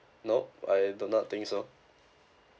nope I do not think so